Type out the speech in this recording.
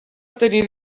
tenir